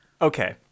okay